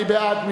מי בעד?